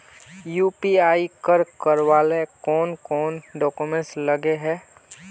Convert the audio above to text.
UPI कर करावेल कौन कौन डॉक्यूमेंट लगे है?